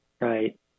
Right